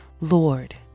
Lord